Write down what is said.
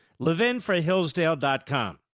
levinforhillsdale.com